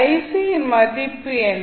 யின் மதிப்பு என்ன